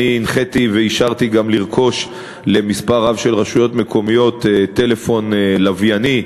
הנחיתי ואישרתי גם למספר רב של רשויות מקומיות לרכוש טלפון לווייני,